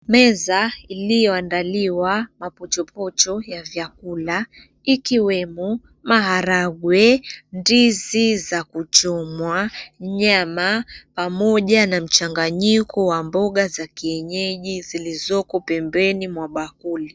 Meza iliyoandaliwa mapochopocho ya vyakula, ikiwemo maharagwe, ndizi za kuchomwa, nyama, pamoja na mchanganyiko wa mboga kienyeji zilizoko pembeni mwa bakuli.